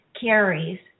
carries